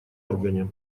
органе